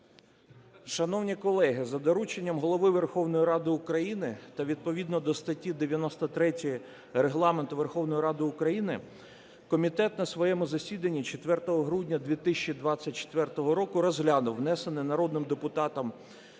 Шановні колеги, за дорученням Голови Верховної Ради України та відповідно до статті 93 Регламенту Верховної Ради України комітет на своєму засіданні 4 грудня 2024 року розглянув внесений народним депутатом